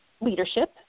leadership